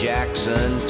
Jackson